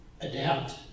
adapt